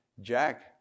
Jack